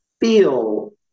feel